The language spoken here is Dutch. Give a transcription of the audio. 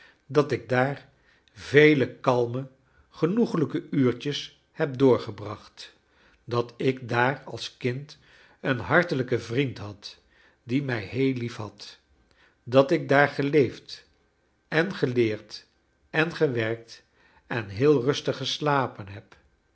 dat ik daar vele kalme genoegelijke j uurtjes heb doorgebracht dat ik daar als kind een hartelijken vriend had die mij heel lief had dat ik daar geleefd en geleerd en gewerkt en heel rustig geslapen heb